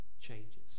changes